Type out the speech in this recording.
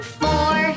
four